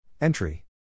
Entry